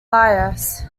bias